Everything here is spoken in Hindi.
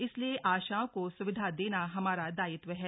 इसलिए आशाओं को सुविधा देना हमारा दायित्व है